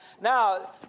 Now